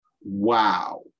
wow